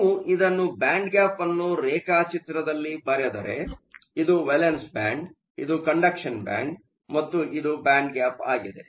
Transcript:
ನೀವು ಇದನ್ನು band gap ಅನ್ನು ರೇಖಾಚಿತ್ರದಲ್ಲಿ ಬರೆದರೆ ಇದು ವೇಲೆನ್ಸ್ ಬ್ಯಾಂಡ್ ಇದು ಕಂಡಕ್ಷನ್ ಬ್ಯಾಂಡ್ ಮತ್ತು ಇದು ಬ್ಯಾಂಡ್ ಗ್ಯಾಪ್ ಆಗಿದೆ